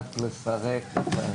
אמרת נאמר לי, אני לא שמעתי את ברק